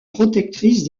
protectrice